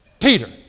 Peter